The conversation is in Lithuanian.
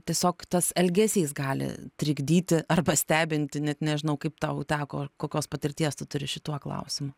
tiesiog tas elgesys gali trikdyti arba stebinti net nežinau kaip tau teko kokios patirties tu turi šituo klausimu